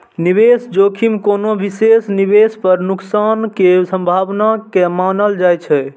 निवेश जोखिम कोनो विशेष निवेश पर नुकसान के संभावना के मानल जाइ छै